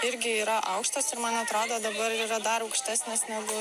irgi yra aukštos ir man atrodo dabar yra dar aukštesnės negu